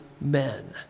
men